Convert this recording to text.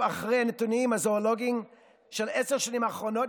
אדוני יכול לענות על שלושתן יחד.